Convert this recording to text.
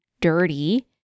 dirty